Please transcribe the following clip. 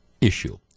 issue